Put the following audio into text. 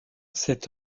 cet